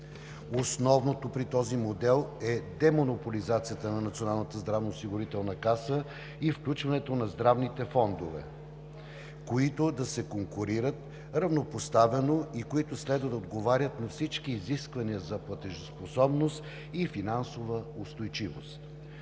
Основното при този модел е демонополизацията на Националната здравноосигурителна каса и включването на здравните фондове, които да се конкурират равнопоставено и които следва да отговарят на всички изисквания за платежоспособност и финансова устойчивост.